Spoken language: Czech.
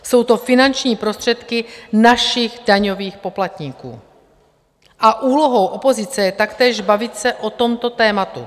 Jsou to finanční prostředky našich daňových poplatníků a úlohou opozice je taktéž bavit se o tomto tématu.